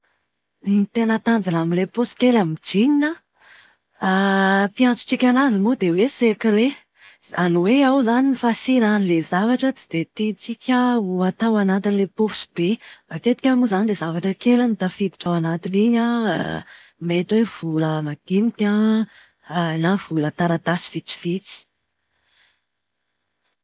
Ny tena tanjona amin'ilay paosy kely amin'ny jeans an, fiantsontsika anazy moa dia hoe sekre. Zany hoe ao izany no fasiana an'ilay zavatra tsy dia tiantsika ho atao anatin'ilay paosy be. Matetika moa izany dia zavatra kely no tafiditra ao anatin'iny an, mety hoe vola madinika an, na vola taratasy vitsivitsy.